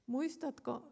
Muistatko